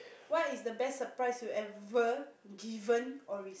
what is a best surprise you ever given or re~